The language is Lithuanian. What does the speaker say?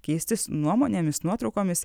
keistis nuomonėmis nuotraukomis